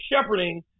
shepherding